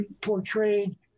portrayed